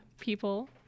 people